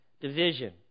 division